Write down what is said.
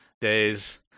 days